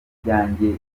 ibyanjye